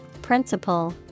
principle